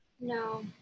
No